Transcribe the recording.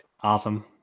Awesome